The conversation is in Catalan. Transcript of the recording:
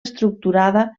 estructurada